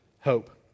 hope